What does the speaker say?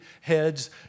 heads